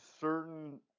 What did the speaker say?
certain